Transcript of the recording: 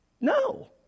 No